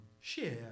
share